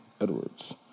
Edwards